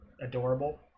adorable